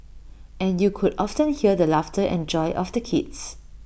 and you could often hear the laughter and joy of the kids